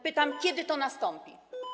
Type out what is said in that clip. Pytam, kiedy to nastąpi.